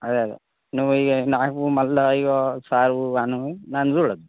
అదే అదే నువ్వు ఇక నాకు మళ్ళా ఇదిగో సార్ అను నన్ను చూడొద్దు